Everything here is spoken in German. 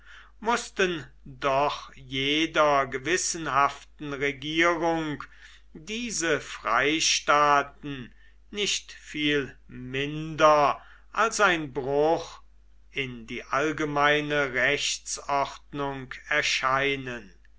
mußten doch jeder gewissenhaften regierung diese freistaaten nicht viel minder als ein bruch in die allgemeine rechtsordnung erscheinen